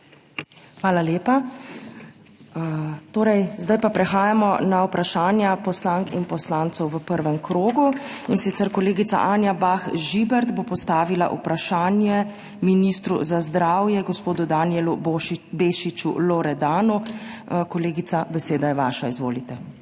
Hvala lepa. Zdaj pa prehajamo na vprašanja poslank in poslancev v prvem krogu, in sicer kolegica Anja Bah Žibert bo postavila vprašanje ministru za zdravje, gospodu Danijelu Bešiču Loredanu. Kolegica, beseda je vaša. Izvolite.